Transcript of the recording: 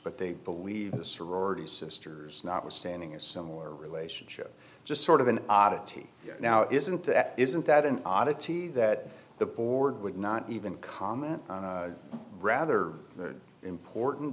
but they believe the sorority sisters notwithstanding a similar relationship just sort of an oddity now isn't that isn't that an oddity that the board would not even comment rather than an important